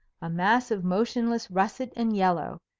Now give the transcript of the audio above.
a mass of motionless russet and yellow,